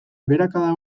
beherakada